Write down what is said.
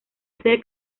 hacer